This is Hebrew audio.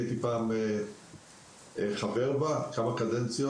הייתי חבר בה במשך כמה קדנציות